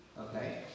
Okay